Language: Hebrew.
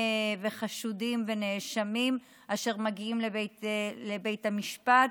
חשודים ונאשמים אשר מגיעים לבית המשפט,